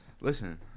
Listen